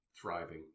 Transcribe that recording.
thriving